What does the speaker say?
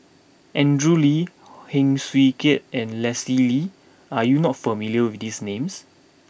Andrew Lee Heng Swee Keat and Leslie Kee are you not familiar with these names